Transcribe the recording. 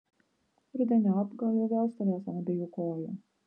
rudeniop gal jau vėl stovės ant abiejų kojų